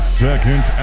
second